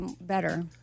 better